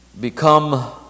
become